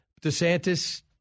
DeSantis